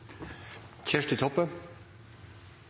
Kjersti Toppe